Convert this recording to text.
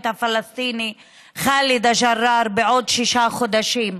הפלסטיני חאלד א-ג'ראר בשישה חודשים נוספים.